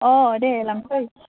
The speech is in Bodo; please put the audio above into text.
अ दे लांफै